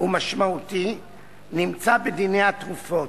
ומשמעותי נמצא בדיני התרופות.